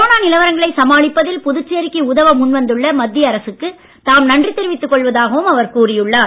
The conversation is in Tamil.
கொரோனா நிலவரங்களை சமாளிப்பதில் புதுச்சேரிக்கு உதவ முன் வந்துள்ள மத்திய அரசுக்கு தாம் நன்றி தெரிவித்துக் கொள்வதாகவும் அவர் கூறியுள்ளார்